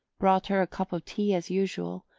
brought her a cup of tea as usual,